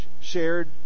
shared